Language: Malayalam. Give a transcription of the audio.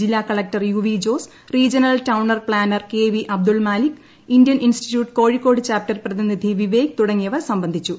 ജില്ലാ collector U V Jose regional town planner K V Abdul Malik Indian institute Kozhikode chapter പ്രതിനിധി വിവേക് തുടങ്ങിയവർ സംബന്ധിച്ചു